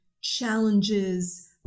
challenges